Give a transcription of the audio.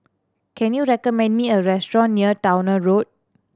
can you recommend me a restaurant near Towner Road